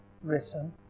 written